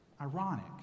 Ironic